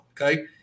okay